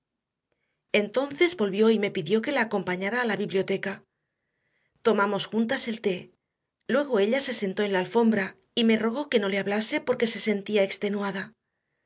entonces volvió y me pidió que la acompañara a la biblioteca tomamos juntas el té luego ella se sentó en la alfombra y me rogó que no le hablase porque se sentía extenuada